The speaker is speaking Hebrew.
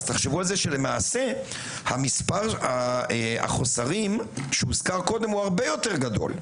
תחשבו על כך שלמעשה החוסר הרבה יותר גדול.